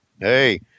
Hey